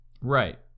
right